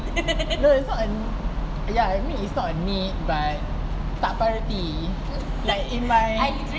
no is not a ya I mean is not a need but tak priority like in my